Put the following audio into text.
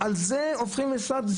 על זה הופכים משרד?